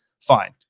Fine